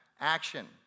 action